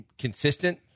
consistent